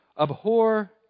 Abhor